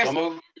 and moved.